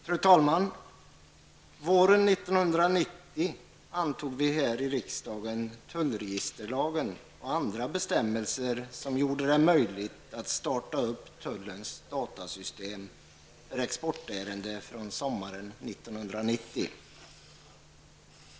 Fru talman! Våren 1990 antog vi här i riksdagen tullregisterlagen och andra bestämmelser som gjorde det möjligt att starta upp tullens datasystem för exportärenden från sommaren 1990.